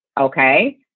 okay